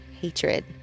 hatred